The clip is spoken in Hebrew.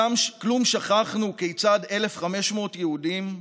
כלום שכחנו כיצד 1,500 יהודים,